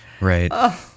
Right